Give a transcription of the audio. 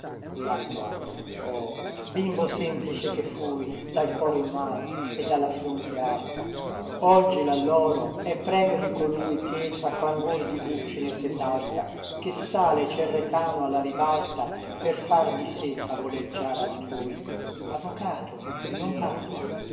lalloro oh bimbo semplice che fui dal cuore in mano e dalla fronte alta oggi lalloro è premio di colui che tra clangor di buccine sesalta che sale cerretano alla ribalta per far di sé favoleggiar altrui avvocato non parla